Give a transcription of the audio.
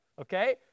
Okay